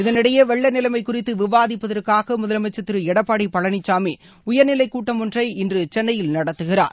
இதனிடையே வெள்ள நிலைமை குறித்து விவாதிப்பதற்காக முதலமைச்சர் திரு எடப்பாடி பழனிசாமி உயர்நிலைக் கூட்டம் ஒன்றை இன்று சென்னையில் நடத்துகிறார்